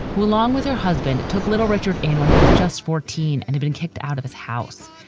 who along with her husband, took little richard. and when he was just fourteen and had been kicked out of his house.